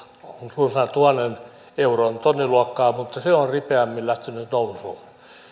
runsaan tuhannen euron tonniluokkaa mutta se se on ripeämmin lähtenyt nousuun